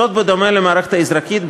זאת בדומה למערכת האזרחית,